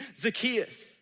Zacchaeus